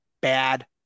bad